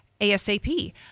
ASAP